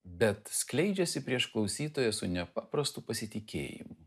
bet skleidžiasi prieš klausytoją su nepaprastu pasitikėjimu